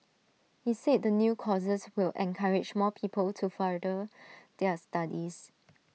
he said the new courses will encourage more people to further their studies